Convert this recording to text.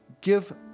give